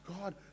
God